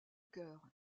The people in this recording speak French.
cœur